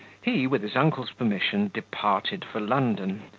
he, with his uncle's permission, departed for london,